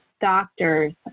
doctors